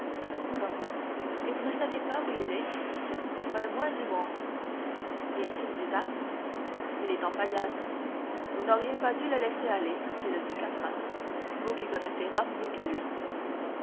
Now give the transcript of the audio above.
comment et vous ne savez pas où il est pas le moins du monde et a-t-il des armes il est en paillasse vous n'auriez pas dû le laisser aller dit le duc à franz vous qui connaissez rome mieux que lui